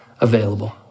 available